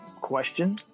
Question